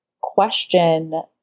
question